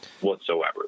whatsoever